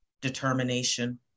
determination